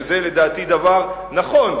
שזה לדעתי דבר נכון,